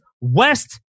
West